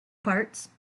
parts